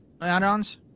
add-ons